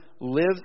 lives